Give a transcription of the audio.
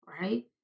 right